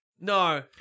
No